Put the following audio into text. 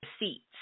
receipts